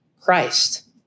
Christ